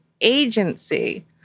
agency